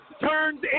turns